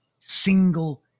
single